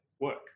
work